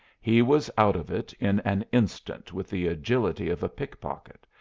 he was out of it in an instant with the agility of a pickpocket,